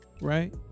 right